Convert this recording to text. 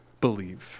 believe